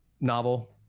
novel